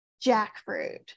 jackfruit